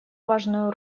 важную